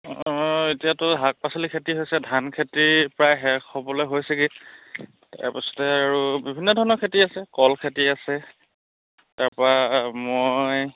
অঁ এতিয়াতো শাক পাচলি খেতি হৈছে ধান খেতি প্ৰায় শেষ হ'বলৈ হৈছেগৈ তাৰপিছতে আৰু বিভিন্ন ধৰণৰ খেতি আছে কল খেতি আছে তাৰপা মই